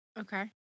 Okay